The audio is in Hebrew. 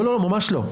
ממש לא.